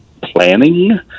planning